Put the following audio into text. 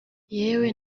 yewe